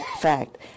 fact